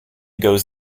goes